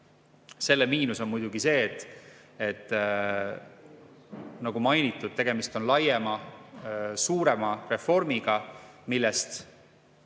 Selle miinus on muidugi see, et nagu mainitud, tegemist on laiema, suurema reformiga, millest